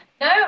No